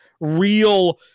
real